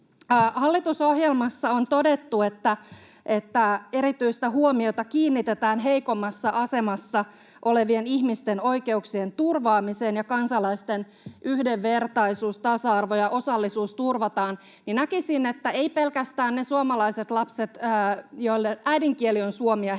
Hallitusohjelmassa on todettu, että erityistä huomiota kiinnitetään heikommassa asemassa olevien ihmisten oikeuksien turvaamiseen ja kansalaisten yhdenvertaisuus, tasa-arvo ja osallisuus turvataan. Näkisin, että eivät pelkästään ne suomalaiset lapset, joiden äidinkieli on suomi ja joilla